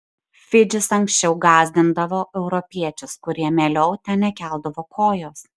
fidžis anksčiau gąsdindavo europiečius kurie mieliau ten nekeldavo kojos